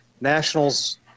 Nationals